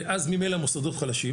ואז ממילא המוסדות חלשים,